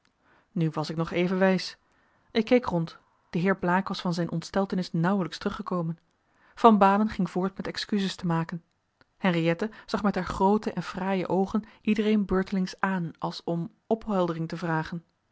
nu was ik nog even wijs ik keek rond de heer blaek was van zijn ontsteltenis nauwelijks teruggekomen van baalen ging voort met excuses te maken henriëtte zag met haar groote en fraaie oogen iedereen beurtelings aan als om opheldering te vragen